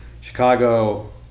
Chicago